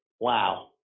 wow